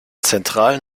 zentralen